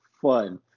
fun